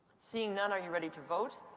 seeing none, are you ready to vote?